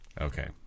Okay